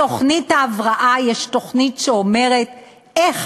תוכנית ההבראה היא תוכנית שאומרת איך